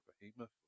behemoth